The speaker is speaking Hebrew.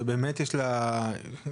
שבאמת יש לה ככה,